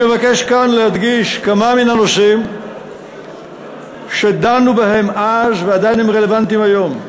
אני מבקש כאן להדגיש כמה מן הנושאים שדנו בהם אז ועדיין רלוונטיים היום.